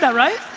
so right,